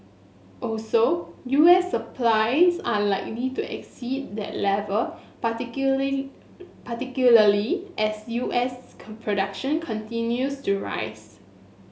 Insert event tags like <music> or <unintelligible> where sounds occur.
also U S supplies are likely to exceed that level <unintelligible> particularly as U S <unintelligible> production continues to rise